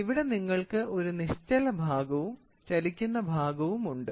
ഇവിടെ നിങ്ങൾക്ക് ഒരു നിശ്ചല ഭാഗവും ചലിക്കുന്ന ഭാഗവുമുണ്ട്